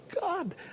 God